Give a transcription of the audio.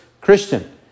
Christian